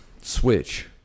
switch